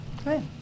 Okay